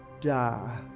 die